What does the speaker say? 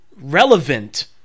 relevant